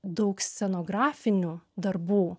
daug scenografinių darbų